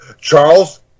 Charles